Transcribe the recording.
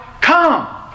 come